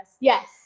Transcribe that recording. Yes